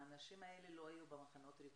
האנשים האלה לא היו במחנות ריכוז,